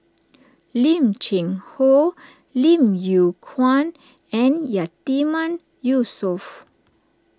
Lim Cheng Hoe Lim Yew Kuan and Yatiman Yusof